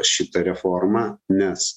šitą reformą nes